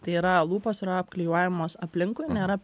tai yra lūpos yra apklijuojamos aplinkui nėra